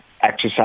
exercise